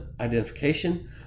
identification